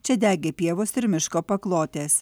čia degė pievos ir miško paklotės